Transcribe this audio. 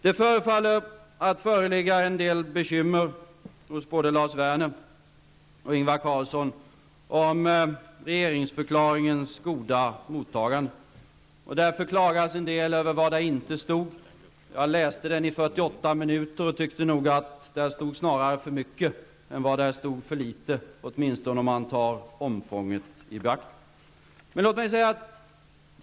Det förefaller förligga en del bekymmer vad gäller både Lars Werner och Ingvar Carlsson beträffande regeringsförklaringens goda mottagande. Det klagas en del över vad där inte stod. Jag läste regeringsförklaringen i 48 minuter och tyckte nog att där snarare stod för mycket än för litet -- åtminstone om man tar omfånget i beaktande.